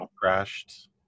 crashed